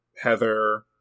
Heather